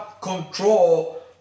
control